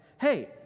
Hey